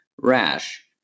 rash